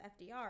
FDR